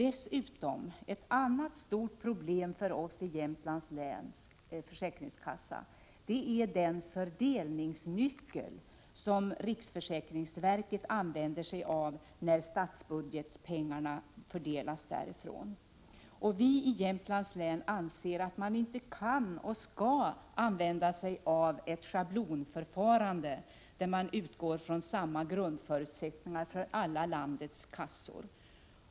Ett annat stort problem för Jämtlands läns försäkringskassa är den fördelningsnyckel som riksförsäkringsverket använder sig av när det gäller fördelningen av pengarna i statsbudgeten. Vi i Jämtlands län anser att man inte kan, och inte skall, använda sig av ett schablonförfarande, där man utgår från att samma grundförutsättningar gäller för alla landets kassor.